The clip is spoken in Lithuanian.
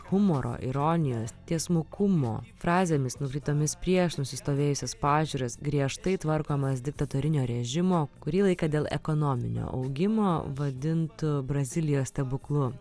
humoro ironijos tiesmukumo frazėmis nukreiptomis prieš nusistovėjusias pažiūras griežtai tvarkomas diktatūrinio režimo kurį laiką dėl ekonominio augimo vadintu brazilijos stebuklu